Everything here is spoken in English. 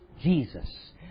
Jesus